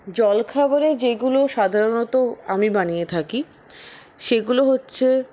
জলখাবারে যেগুলো সাধারণত আমি বানিয়ে থাকি সেগুলো হচ্ছে